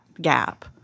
gap